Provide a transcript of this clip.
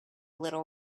little